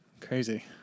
Crazy